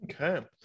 okay